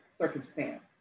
circumstance